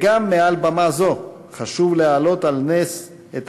וגם מעל במה זו חשוב להעלות על נס את